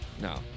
No